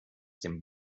dem